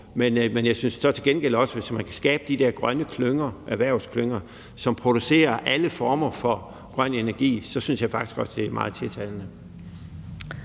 gengæld også, at hvis man kan skabe de der grønne erhvervsklynger, som producerer alle former for grøn energi, så er det meget tiltalende.